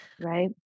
right